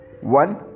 one